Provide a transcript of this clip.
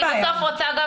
בסוף אני רוצה גם